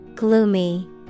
Gloomy